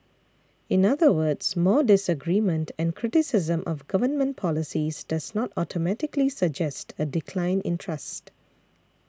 in other words more disagreement and criticism of government policies does not automatically suggest a decline in trust